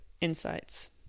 Insights